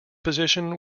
position